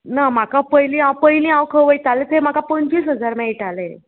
ना म्हाका पयलीं हांव पयलीं हांव खंय वयतालें तें म्हाका पंचवीस हजार मेळटालें